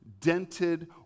dented